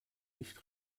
nicht